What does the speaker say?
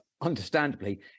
Understandably